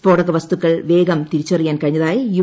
സ്ഫോടക വസ്തുക്കൾ വേഗം തിരിച്ചറിയാൻ കഴിഞ്ഞതായി യു